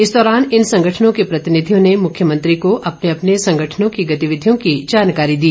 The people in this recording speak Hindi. इस दौरान इन संगठनों के प्रतिनिधियों ने मुख्यमंत्री को अपने अपने संगठनों की गतिविधियों की जानकारी दी